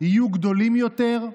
יהיו גדולים יותר,